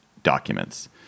documents